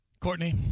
Courtney